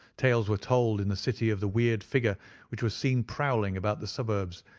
tales were told in the city of the weird figure which was seen prowling about the suburbs,